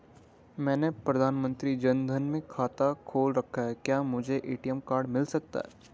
मैंने प्रधानमंत्री जन धन में खाता खोल रखा है क्या मुझे ए.टी.एम कार्ड मिल सकता है?